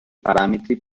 parametri